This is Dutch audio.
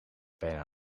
bijna